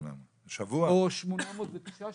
או 809 שקלים.